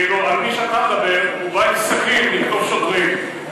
ואילו מי שאתה מדבר עליו בא עם סכין לתקוף שוטרים,